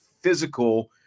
physical